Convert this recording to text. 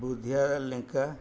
Budhia Lenka